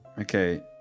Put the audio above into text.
Okay